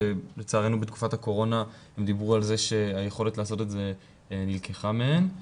ולצערנו בתקופת הקורונה הן דיברו על כך שהיכולת לעשות את זה נלקחה מהן.